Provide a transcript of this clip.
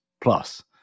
plus